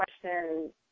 question